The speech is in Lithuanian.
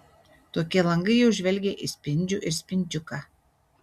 tokie langai jau žvelgia į spindžių ir spindžiuką